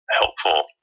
helpful